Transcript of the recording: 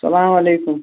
اسلام علیکم